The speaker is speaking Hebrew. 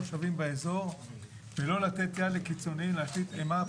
התושבים באזור ולא לתת יד לקיצונים להשליט אימה,